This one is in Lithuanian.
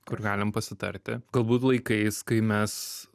kur galim pasitarti galbūt laikais kai mes